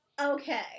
Okay